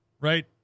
Right